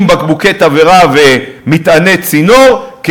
עם בקבוקי תבערה ומטעני צינור,